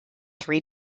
three